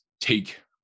take